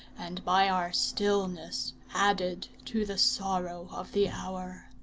and by our stillness added to the sorrow of the hour.